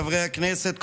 חברי הכנסת,